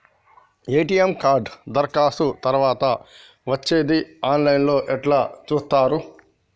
ATM card దరఖాస్తు తరువాత వచ్చేది ఆన్ లైన్ లో ఎట్ల చూత్తరు?